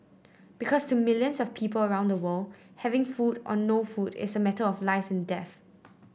because to millions of people around the world having food or no food is a matter of life and death